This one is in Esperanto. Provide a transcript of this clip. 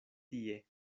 tie